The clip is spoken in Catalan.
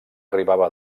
arribava